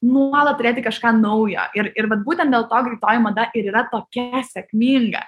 nuolat turėti kažką naujo ir ir vat būtent dėl to greitoji mada ir yra tokia sėkminga